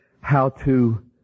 how-to